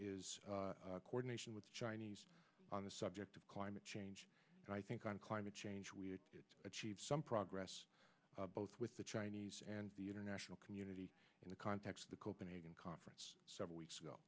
is coordination with the chinese on the subject of climate change and i think on climate change we achieved some progress both with the chinese and the international community in the context of the copenhagen conference several weeks ago